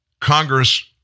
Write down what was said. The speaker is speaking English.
Congress